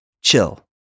Chill